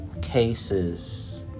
cases